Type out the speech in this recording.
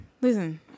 Listen